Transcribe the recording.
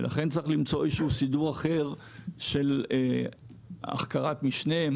לכן צריך למצוא איזה שהוא סידור אחר של החכרת משנה,